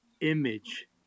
image